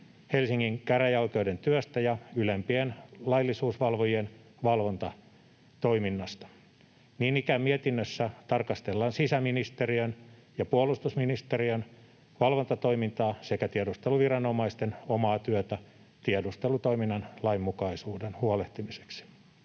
Helsingin käräjäoikeuden työstä ja ylempien laillisuusvalvojien valvontatoiminnasta. Niin ikään mietinnössä tarkastellaan sisäministeriön ja puolustusministeriön valvontatoimintaa sekä tiedusteluviranomaisten omaa työtä tiedustelutoiminnan lainmukaisuuden huolehtimiseksi.